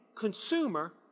consumer